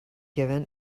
given